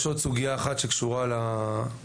יש עוד סוגיה אחת שקשורה למאגר.